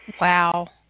Wow